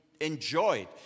enjoyed